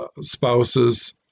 spouses